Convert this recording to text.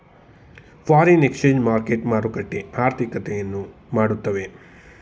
foreign exchange market ಮಾರುಕಟ್ಟೆ ಆರ್ಥಿಕತೆಯನ್ನು ಮಾಡುತ್ತವೆ